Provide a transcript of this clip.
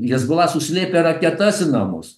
hezbola suslėpę raketas į namus